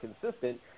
consistent